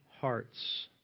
hearts